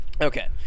Okay